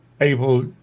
able